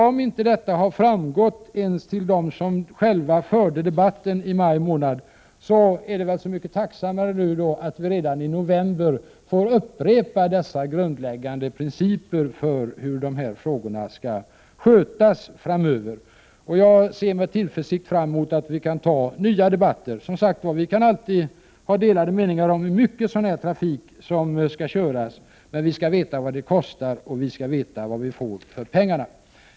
Om inte detta har framgått ens för dem som själva förde debatten i maj månad, är det så mycket tacksammare att vi redan i november får upprepa dessa grundläggande principer för hur dessa frågor skall skötas framöver. Jag ser med tillförsikt fram emot nya debatter. Vi kan alltid ha delade meningar om i hur stor omfattning detta slags trafik skall bedrivas, men vi skall veta vad det kostar, och vi skall veta vad vi får för pengarna.